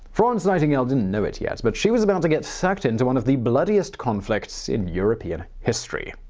florence nightingale didn't know it yet, but she was about to get sucked into one of the bloodiest conflicts in european history.